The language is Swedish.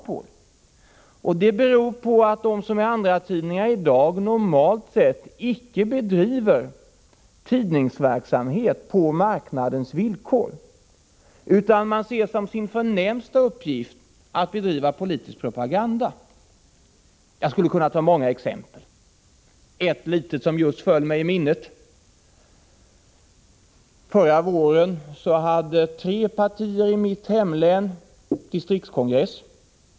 Det beror på att de tidningar som i dag är andratidningar vanligen icke bedriver tidningsverksamhet på marknadens villkor, utan de ser som sin förnämsta uppgift att bedriva politisk propaganda. Jag skulle kunna ge många exempel. Ett litet som just rann mig i minnet är följande. Förra våren hade tre partier i mitt hemlän distriktskongress.